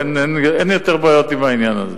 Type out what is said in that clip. אין יותר בעיות עם העניין הזה.